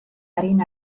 arin